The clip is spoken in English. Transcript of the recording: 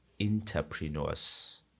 Entrepreneurs